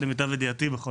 למיטב ידיעתי בכל אופן.